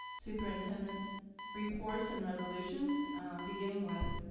superintendent reports and resolutions beginning with,